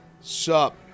Sup